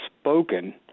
spoken